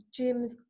gyms